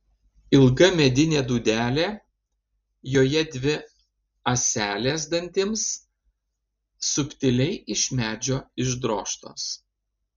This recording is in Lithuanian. ilga medinė dūdelė joje dvi ąselės dantims subtiliai iš medžio išdrožtos